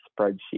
spreadsheet